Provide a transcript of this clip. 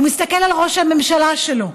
הוא מסתכל על ראש הממשלה שלו.